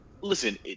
Listen